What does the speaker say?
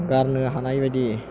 गारनो हानायबायदि